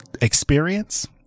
experience